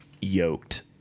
yoked